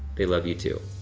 they love you too.